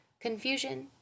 Confusion